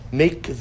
make